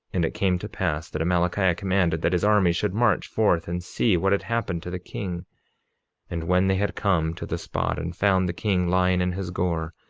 and it came to pass that amalickiah commanded that his armies should march forth and see what had happened to the king and when they had come to the spot, and found the king lying in his gore,